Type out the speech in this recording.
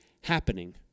happening